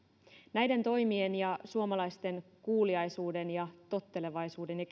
näiden toimien ja suomalaisten kuuliaisuuden ja tottelevaisuuden ja